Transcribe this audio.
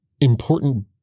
important